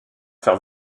faire